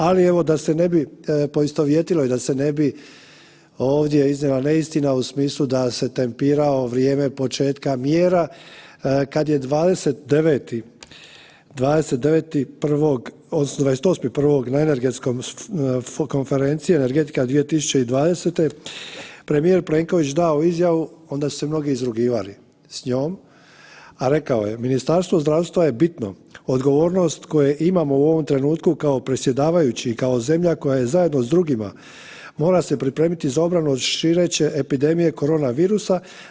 Ali, evo da se ne bi poistovjetilo i da se ne bi ovdje iznijela neistina u smislu da se tempirao vrijeme početka mjera, kad je 29.1., odnosno 28.1. na energetskom, konferenciji "Energetika 2020." premijer Plenković dao izjavu, onda su se mnogi izrugivali s njom, a rekao je: "Ministarstvu zdravstva je bitno odgovornost koju imamo u ovom trenutku kao predsjedavajući i kao zemlja koja je zajedno s drugima, mora se pripremiti za obranu od šireće epidemije koronavirusa.